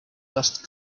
dust